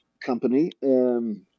Company